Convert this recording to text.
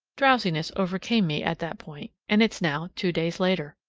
drowsiness overcame me at that point, and it's now two days later.